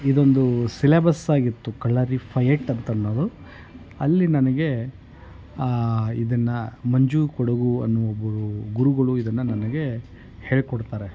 ಇದೊಂದು ಸಿಲೆೇಬಸ್ ಆಗಿತ್ತು ಕಳರಿಪಯಟ್ ಅಂತ ಅನ್ನೋದು ಅಲ್ಲಿ ನನಗೆ ಇದನ್ನು ಮಂಜು ಕೊಡಗು ಅನ್ನೋ ಒಬ್ಬರು ಗುರುಗಳು ಇದನ್ನು ನನಗೆ ಹೇಳಿಕೊಡ್ತಾರೆ